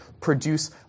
produce